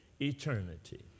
eternity